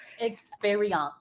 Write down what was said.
Experience